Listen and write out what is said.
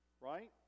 right